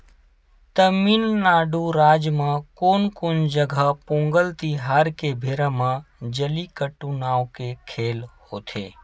तमिलनाडू राज म कोनो कोनो जघा पोंगल तिहार के बेरा म जल्लीकट्टू नांव के खेल होथे